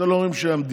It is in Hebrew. אתם לא רואים שהמדינה,